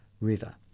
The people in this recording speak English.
River